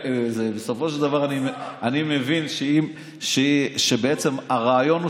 בסופו של דבר אני מבין שבעצם הרעיון הוא